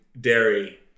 dairy